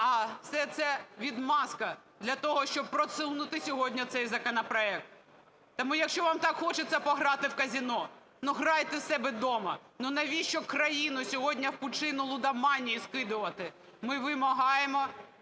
а все це – відмазка для того, щоб просунути сьогодні цей законопроект. Тому якщо вам так хочеться пограти в казино, ну, грайте в себе вдома! Ну, навіщо країну в пучину лудоманії скидати? Ми вимагаємо